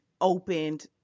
opened